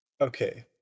Okay